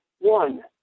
One